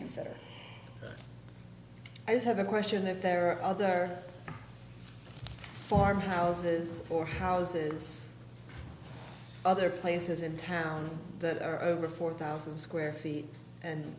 consider i have a question if there are other farm houses or houses other places in town that are over four thousand square feet and